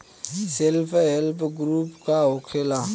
Self help group का होखेला?